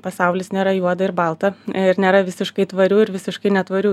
pasaulis nėra juoda ir balta ir nėra visiškai tvarių ir visiškai netvarių